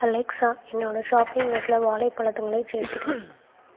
Alexa என்னோடய shopping லிஸ்ட்டில் வாழைப் பழத்துங்களைச் சேர்த்துவிடு